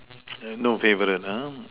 no favorite